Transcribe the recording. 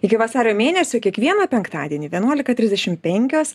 iki vasario mėnesio kiekvieną penktadienį vienuolika trisdešim penkios